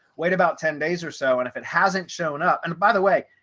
wait about ten days or so and if it hasn't shown up and by the way,